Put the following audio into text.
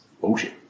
bullshit